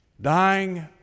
dying